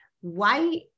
white